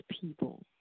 people